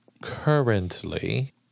currently